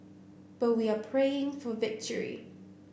but we are praying for victory